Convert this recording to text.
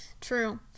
True